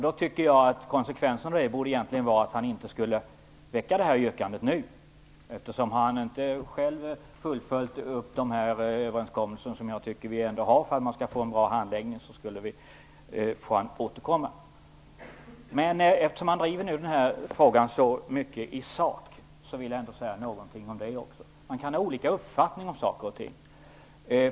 Då tycker jag att konsekvensen borde vara att han inte väckte det här yrkandet nu. Har han inte själv fullföljt den överenskommelse som jag tycker att vi har för att få en bra handläggning så får han återkomma. Men eftersom han nu driver den här frågan så mycket i sak vill jag säga någonting även om det. Man kan ha olika uppfattning om saker och ting.